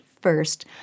first